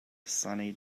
sunny